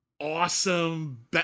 awesome